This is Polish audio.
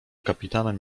kapitanem